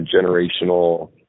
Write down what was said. generational